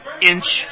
Inch